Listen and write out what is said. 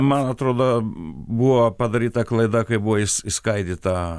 man atrodo buvo padaryta klaida kai buvo is išskaidyta